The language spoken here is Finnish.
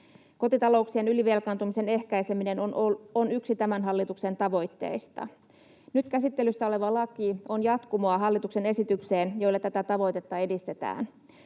Kotitalouksien ylivelkaantumisen ehkäiseminen on yksi tämän hallituksen tavoitteista. Nyt käsittelyssä oleva laki on jatkumoa hallituksen esityksille, jolla tätä tavoitetta edistetään.